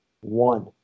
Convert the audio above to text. One